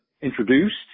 introduced